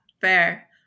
fair